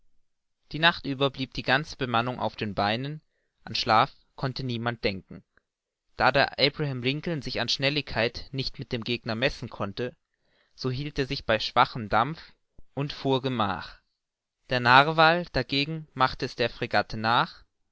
die nacht über blieb die ganze bemannung auf den beinen an schlaf konnte niemand denken da der abraham lincoln sich an schnelligkeit nicht mit dem gegner messen konnte so hielt er sich bei schwachem dampf und fuhr gemach der narwal dagegen machte es der fregatte nach